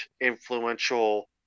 influential